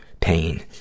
pain